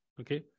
okay